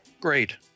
Great